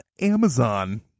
Amazon